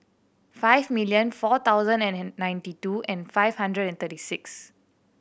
five million four thousand and ninety two and five hundred and thirty six